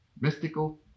mystical